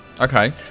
Okay